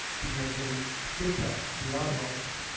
because they get that they are welcome.